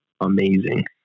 amazing